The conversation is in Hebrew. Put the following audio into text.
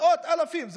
מאות אלפים,